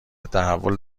تحول